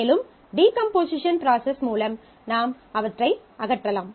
மேலும் decomposition process மூலம் அவற்றை அகற்றலாம்